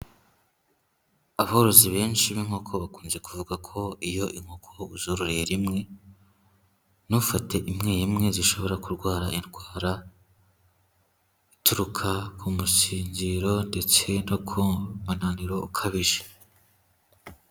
Aborozi benshi b'inkoko bakunze kuvuga ko iyo inkoko uzororeye rimwe, ntufate imwe imwe zishobora kurwara indwara ituruka ku musinziro ndetse no ku munaniro ukabije.